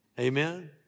amen